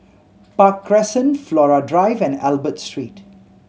Park Crescent Flora Drive and Albert Street